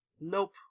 Nope